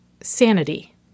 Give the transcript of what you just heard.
sanity